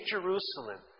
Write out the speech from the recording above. Jerusalem